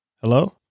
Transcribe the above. Hello